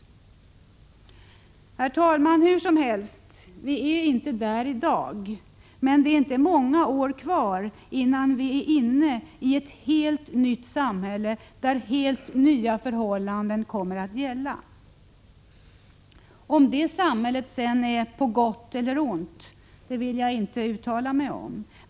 Herr talman! Hur som helst, i dag är vi inte där. Men det är inte många år kvar innan vi är inne i ett helt nytt samhälle, där helt nya förhållanden kommer att gälla. Om det samhället sedan är på gott eller ont vill jag inte uttala mig om.